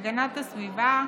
הגנת הסביבה,